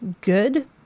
good